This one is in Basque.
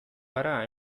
gara